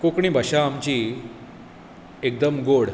कोंकणी भाशा आमची एकदम गोड